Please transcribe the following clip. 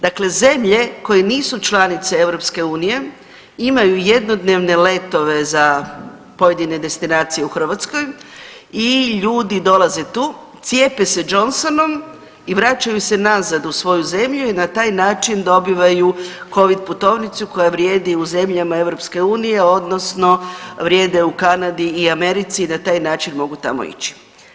Dakle, zemlje koje nisu članice Europske unije imaju jednodnevne letove za pojedine destinacije u Hrvatskoj i ljudi dolaze tu, cijepe se Johnsonom i vraćaju se nazad u svoju zemlju i na taj način dobivaju Covid putovnicu koja vrijedi u zemljama Europske unije odnosno vrijede u Kanadi i Americi i na taj način mogu tamo ići.